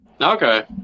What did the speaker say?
Okay